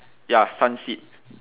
ya sun seat